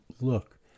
look